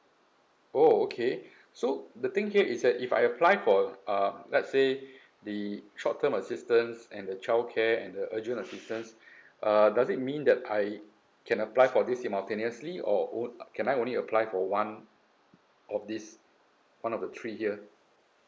oh okay so the thing here is that if I apply for um let's say the short term assistance and the childcare and the urgent assistance uh does it mean that I can apply for this simultaneously or on~ can I only apply for one of these one of the three here